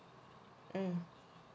mm